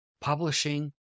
publishing